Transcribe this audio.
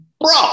Bro